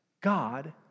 God